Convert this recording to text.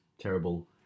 terrible